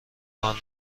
کار